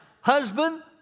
husband